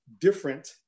different